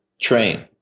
train